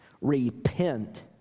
Repent